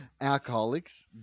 alcoholics